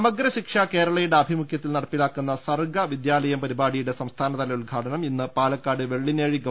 സമഗ്ര ശിക്ഷ കേരളയുടെ ആഭിമുഖൃത്തിൽ നടപ്പിലാക്കുന്ന സർഗ്ഗ വിദ്യാലയം പരിപാടിയുടെ സംസ്ഥാനതല ഉദ്ഘാടനം ഇന്ന് പാലക്കാട് വെള്ളിനേഴി ഗവ